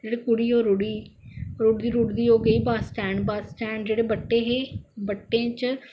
जेहड़ी कुड़ी ही ओह् रुढ़ी गेई रुढ़दी रुढ़दी ओह् गेई बस स्टैंड बस स्टैंड जेहडे़ं बट्टे है बट्टे च